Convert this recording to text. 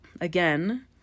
again